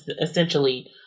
essentially